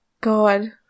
God